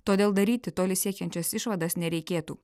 todėl daryti toli siekiančias išvadas nereikėtų